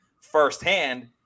firsthand